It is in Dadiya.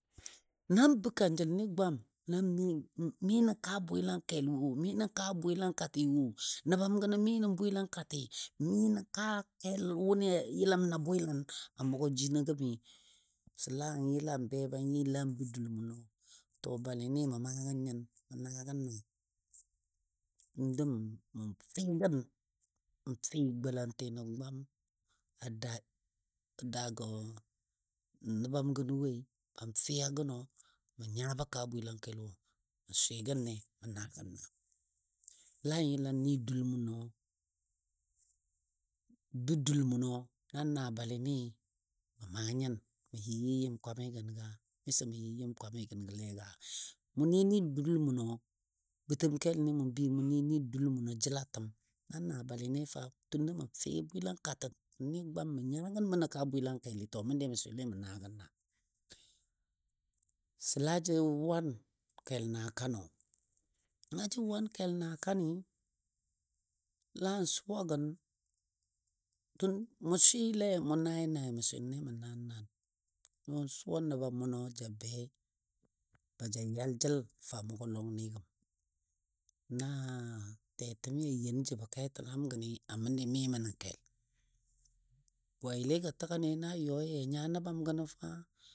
Nan n bou kanjəl ni gwam na mi nə kaa bwɨlankel wo mi nə kaa bwɨlang kato wo, nəbam gənɔ mi nə bwɨlang katɨ mi nə kaa kel wʊnɨ a yəlam na bwɨlan a mʊgo jinɔ gəmi səla n yəla be ba yɨlan bou dul mʊnɔ to balɨ nɨ mə maa gən nyin? Mə naa gən naa, n dəng n fɨ gən, n fɨ golantɨnɔ gwam a daa a daagɔ nəbam gənɔ woi yɔn fɨ a gənɔ mə nyabɔ kaa bwɨlangkel wo, mə swɨ gən ne mə naa gən naa. Lan yəlan nɨ dul mʊnɔ, bə dul mʊnɔ nan naa balɨ nɨ, mə maa nyin? Mə yɨyɨ yɨm kwamigən ka? Miso mə yɨ yɨm kwamigən gəle ka? Mʊ nɨ nɨ dul mʊnɔ bətəm kelni mʊ bəi mʊ nɨ nɨ dul mʊnɔ jəlatəm nan naa balɨ ni tunda mə fɨ bwɨlang katɔ tə nɨ gwam mə nya, gən bə nə kaa bwɨlang keli, to məndi mə swɨle mə naa gən naa. Səla jə wan kel naakanɔ. Na jə wan kel naakanɨ, lan suwa gən tun mou swɨle mʊn nainai mən swɨnle mə naan naan, yɔ suwa bəbam mʊnɔ ja be baja yal jəl fə a mʊgo loni gəm, na tɛtɛmi a yɔun jəbɔ ketəlam gəni, a məndɨ mi mə nən kel. Bwayilɨgo təgən na yɔ ya, nya nəbam gəno fa.